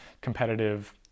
competitive